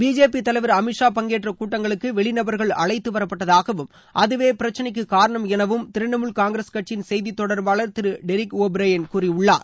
BJP தலைவர் அமித்ஷா பங்கேற்ற கூட்டங்களுக்கு வெளிநபர்கள் அழைத்துவரப்பட்டதாகவும் அதுவே பிரச்சனைக்கு காரணம் எனவும் திரிணாமுல் காங்கிரஸ் கட்சியின் செய்தி தொடா்பாளா் திரு தெரிக் ஒ பிரைன் கூறியுள்ளார்